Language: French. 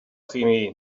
primé